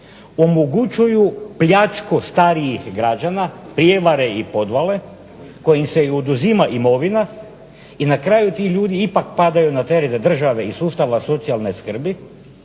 omogućuju pljačku starijih građana, prijevare i podvale kojim se oduzima imovina i na kraju ti ljudi ipak padaju na teret države i sustava socijalne skrbi